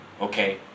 Okay